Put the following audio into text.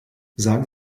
sagen